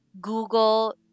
Google